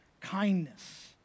kindness